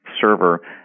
server